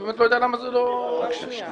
אני באמת לא יודע למה זה לא --- רק שנייה,